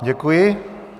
Děkuji.